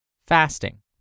fasting